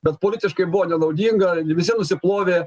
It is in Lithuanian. bet politiškai buvo nenaudinga visi nusiplovė